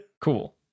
Cool